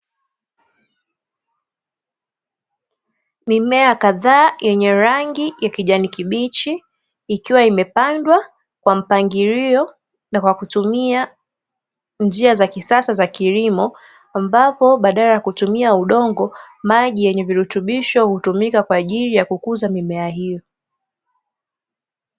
Mimea kadhaa yenye rangi ya kijani kibichi, ikiwa imepandwa kwa mpangilio na kwa kutumia njia za kisasa za kilimo, ambapo badala ya kutumia udongo, maji yenye virutubisho hutumika kwa ajili ya kukuza mimea hiyo.